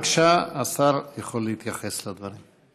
בבקשה, השר יכול להתייחס לדברים.